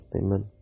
Amen